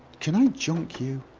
can i junk you?